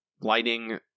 lighting